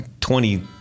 twenty